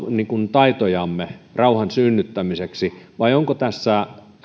taitojamme rauhan synnyttämiseksi vai onko tässä